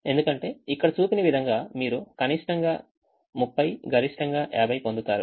ఎందుకంటే ఇక్కడ చూపిన విధంగా మీరు కనిష్టంగా 30 గరిష్టంగా 50 పొందుతారు